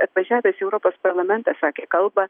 atvažiavęs į europos parlamentą sakė kalbą